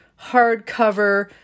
hardcover